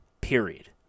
period